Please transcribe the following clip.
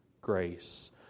grace